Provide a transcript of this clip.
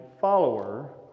follower